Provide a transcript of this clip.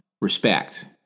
respect